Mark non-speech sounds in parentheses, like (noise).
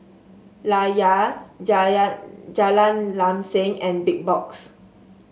Layar (unintelligible) Jalan Lam Sam and Big Box